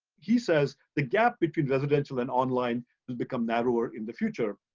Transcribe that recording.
he says, the gap between residential and online has become narrower in the future.